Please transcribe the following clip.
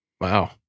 Wow